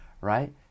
right